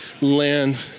land